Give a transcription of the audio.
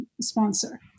sponsor